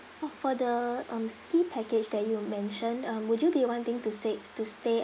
for the um ski package that you mentioned um would you be wanting to say to stay